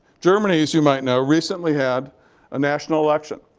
germany, as you might know, recently had a national election.